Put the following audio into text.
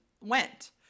went